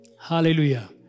Hallelujah